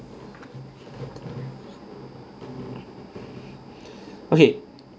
okay